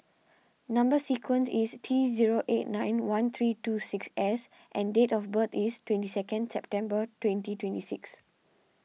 Number Sequence is T zero eight nine one three two six S and date of birth is twenty seconds September twenty twenty six